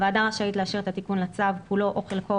הוועדה רשאית לאשר את התיקון לצו כולו או חלקו,